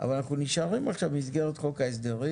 אבל אנחנו נשארים עכשיו במסגרת חוק ההסדרים.